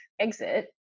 exit